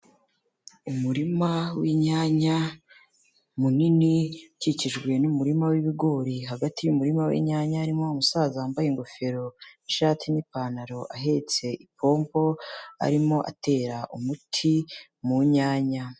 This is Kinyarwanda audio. Umurima w'inyanya munini ukikijwe n'umurima w'ibigori, hagati y'umurima w'inyanya harimo umusaza wambaye ingofero n'ishati n'ipantaro, ahetse ipompo arimo atera umuti mu nyanya.